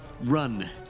run